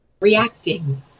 reacting